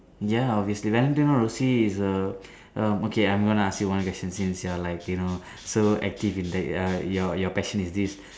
ya obviously Valentino Rossi is err um okay I'm gonna ask you one question since you are like you know so active in that uh your passion is this